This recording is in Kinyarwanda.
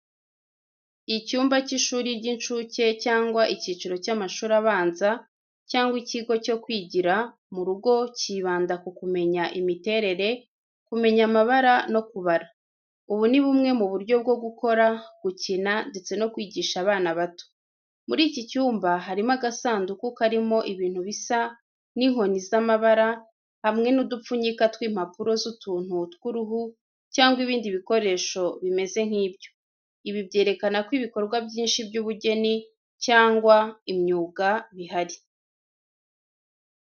Icyumba cy'ishuri ry'incuke cyangwa icyiciro cy'amashuri abanza cyangwa ikigo cyo kwigira mu rugo cyibanda ku kumenya imiterere, kumenya amabara, no kubara. Ubu ni bumwe mu buryo bwo gukora, gukina ndetse no kwigisha abana bato. Muri iki cyumba harimo agasanduku karimo ibintu bisa n'inkoni z'amabara, hamwe n'udupfunyika tw'impapuro z'utuntu tw'uruhu cyangwa ibindi bikoresho bimeze nk'ibyo. Ibi byerekana ko ibikorwa byinshi by'ubugeni cyangwa imyuga bihari.